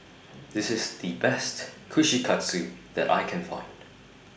This IS The Best Kushikatsu that I Can Find